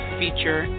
feature